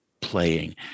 playing